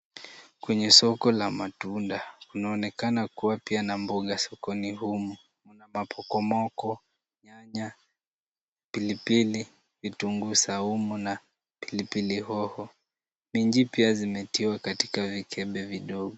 Kwenye soko la matunda kunaonekana kuwa pia na mboga sokoni humu, kuna, mapokomoko, nyanya, pilipili, vitunguu saumu na pilipili hoho. Minji pia zimetiwa katika vikebe vidogo.